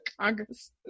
Congress